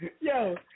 Yo